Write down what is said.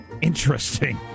interesting